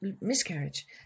miscarriage